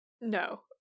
No